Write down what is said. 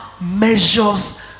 measures